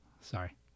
Sorry